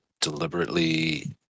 deliberately